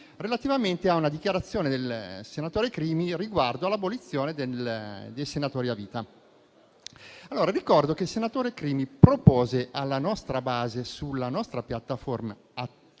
relativamente a una dichiarazione del senatore Crimi riguardo all'abolizione dei senatori a vita. Ricordo che il senatore Crimi propose sulla nostra piattaforma alla